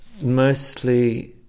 Mostly